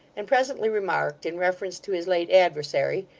and presently remarked, in reference to his late adversary,